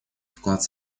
вклад